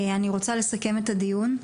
אני רוצה לסכם את הדיון.